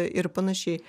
ir panašiai